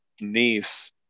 niece